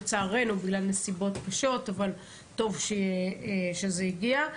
לצערנו בגלל נסיבות קשות, אבל טוב שזה הגיע.